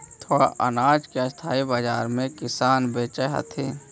थोडा अनाज के स्थानीय बाजार में किसान बेचऽ हथिन